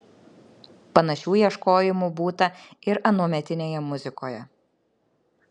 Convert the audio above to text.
panašių ieškojimų būta ir anuometinėje muzikoje